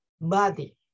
body